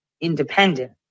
independent